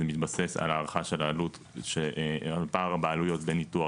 וזה מתבסס על ההערכה של הפער בעלויות בין ניתוח